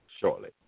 shortly